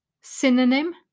Synonym